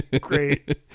Great